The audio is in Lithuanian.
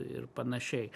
ir panašiai